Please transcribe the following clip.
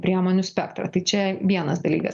priemonių spektrą tai čia vienas dalykas